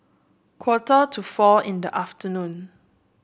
quarter to four in the afternoon